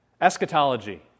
Eschatology